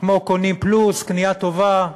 כמו "קונים פלוס", "קנייה טובה",